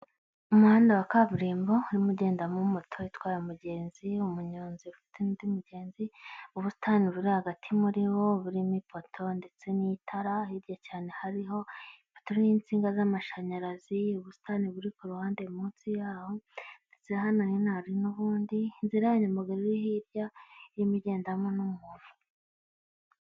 Umuhanda wa kaburimbo urimogendamo moto itwaye umugenzi, umunyonzi ufite undi mugenzi ubusitani buri hagati muri bo burimo ipoto, ndetse n'itara hirya cyane hariho atariho insinga z'amashanyarazi ubusitani buri ku ruhande munsi yaho bya hano mu mwarimu ubundi nzira yanyumaga n'iyi hirya y'imigenderamo n'umuntu.